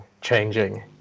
changing